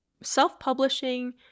self-publishing